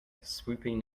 swooping